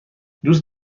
دوست